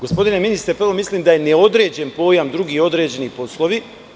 Gospodine ministre, prvo mislim da je neodređen pojam – drugi određeni poslovi.